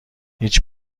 هیچ